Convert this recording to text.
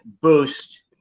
boost